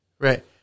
Right